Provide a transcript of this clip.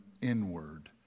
inward